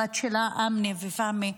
הבת שלה אמנה, ופהמי,